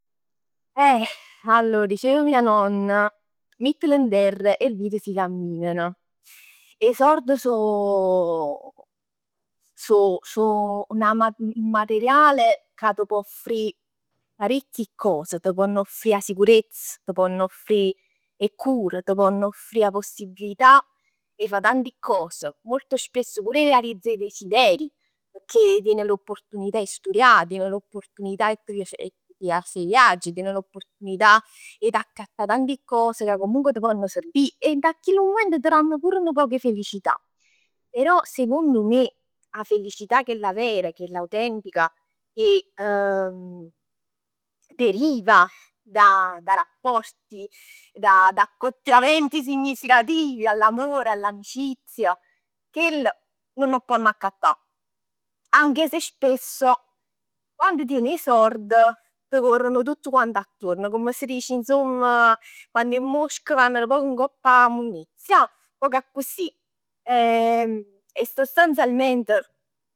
Eh, allora dicev mia nonna, miettl n'terr e vir si cammin. 'E sord so so so un un materiale ca t' pò offrì parecchie cos. T' ponn offrì 'a sicurezz, t' ponn offrì 'e cure, t' ponn offrì 'a possibilità 'e fa tanti cos. Molto spesso pure 'e realizzà 'e desideri. Pecchè tieni l'opportunità 'e sturià. Tien l'opportunità 'e t' ji a fa 'e viaggi, tieni l'opportunità 'e t'accattà tanti cos, ca comunque t' ponn servì. E dint 'a chillu mument t' dann pur nu poc 'e felicità, però secondo me 'a felicità chella vera, chella autentica, che deriva da da rapporti, da accoppiamenti significativi, dall'amore, dall'amicizia. Chell nun 'o ponn accattà, anche se spesso, quann tien 'e sord t' corrono tutt quant attuorn, comm s' dic inzomm, quann 'e mosc vann nu poc ngopp 'a munnezz ja. Nu poc accussì. E sostanzialment